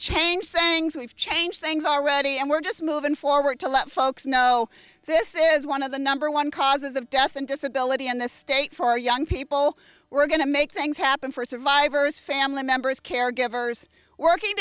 change things we've changed things already and we're just moving forward to let folks know this is one of the number one causes of death and disability in the state for young people we're going to make things happen for survivors family members caregivers working